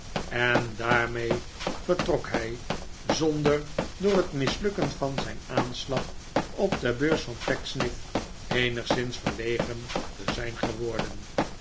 en daarmee vertrok hij zonder door het mislukken van zijn aanslag op de beurs van pecksniff eenigszins verlegen te zijn geworden